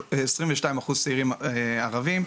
22% ערבים,